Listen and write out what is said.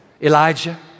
Elijah